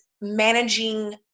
managing